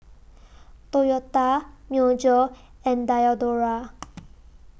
Toyota Myojo and Diadora